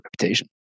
reputation